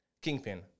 Kingpin